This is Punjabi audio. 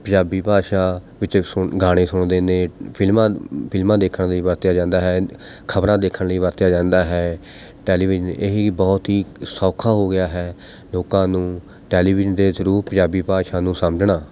ਪੰਜਾਬੀ ਭਾਸ਼ਾ ਵਿੱਚ ਸੁਣ ਗਾਣੇ ਸੁਣਦੇ ਨੇ ਫਿਲਮਾਂ ਫਿਲਮਾਂ ਦੇਖਣ ਲਈ ਵਰਤਿਆ ਜਾਂਦਾ ਹੈ ਖਬਰਾਂ ਦੇਖਣ ਲਈ ਵਰਤਿਆ ਜਾਂਦਾ ਹੈ ਟੈਲੀਵਿਜ਼ਨ ਇਹੀ ਬਹੁਤ ਹੀ ਸੌਖਾ ਹੋ ਗਿਆ ਹੈ ਲੋਕਾਂ ਨੂੰ ਟੈਲੀਵਿਜ਼ਨ ਦੇ ਥਰੂ ਪੰਜਾਬੀ ਭਾਸ਼ਾ ਨੂੰ ਸਮਝਣਾ